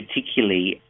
particularly